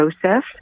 process